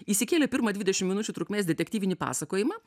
įsikėlė pirmą dvidešimt minučių trukmės detektyvinį pasakojimą